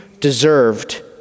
deserved